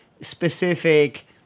specific